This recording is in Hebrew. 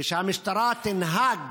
ושהמשטרה תנהג